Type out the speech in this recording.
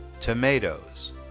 tomatoes